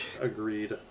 agreed